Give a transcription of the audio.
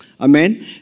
Amen